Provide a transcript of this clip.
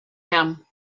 him